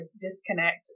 disconnect